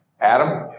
Adam